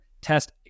test